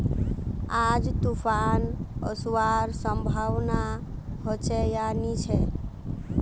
आज तूफ़ान ओसवार संभावना होचे या नी छे?